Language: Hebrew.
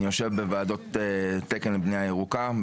אני יושב בוועדות תקן לבנייה ירוקה,